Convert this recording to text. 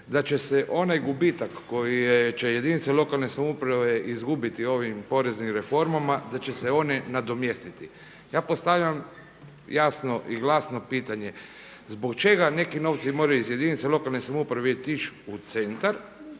da će se onaj gubitak koji će jedinice lokalne samouprave izgubiti ovim poreznim reformama da će se one nadomjestiti. Ja postavljam jasno i glasno pitanje zbog čega neki novci moraju iz jedinica lokalne samouprave otići u centar